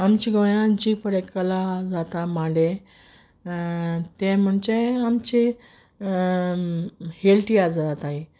आमच्या गोंयांत जी पळय कला जाता मांडे ते म्हणचे आमचे हेळ तियात्र जाताय